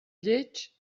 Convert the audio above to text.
lleig